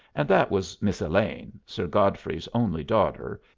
and that was miss elaine, sir godfrey's only daughter,